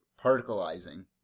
particleizing